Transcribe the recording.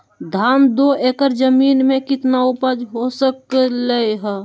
धान दो एकर जमीन में कितना उपज हो सकलेय ह?